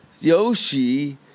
Yoshi